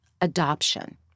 adoption